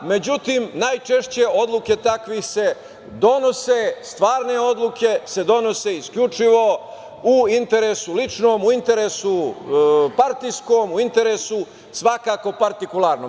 Međutim, najčešće odluke takvih se donose, stvarne odluke se donose isključivo u ličnom interesu, u interesu partijskom, u interesu svakako partikularnom.